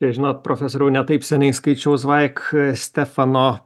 ir žinot profesoriau ne taip seniai skaičiau zvaik stefano